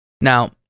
Now